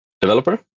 developer